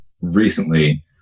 recently